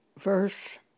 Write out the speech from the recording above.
verse